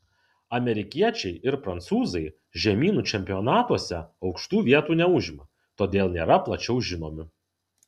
amerikiečiai ir prancūzai žemynų čempionatuose aukštų vietų neužima todėl nėra plačiau žinomi